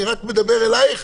אני רק מדבר אליך,